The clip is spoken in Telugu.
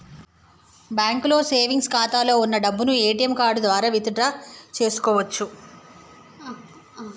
బ్యాంకులో సేవెంగ్స్ ఖాతాలో వున్న డబ్బును ఏటీఎం కార్డు ద్వారా విత్ డ్రా చేసుకోవచ్చు